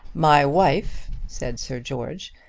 my wife, said sir george,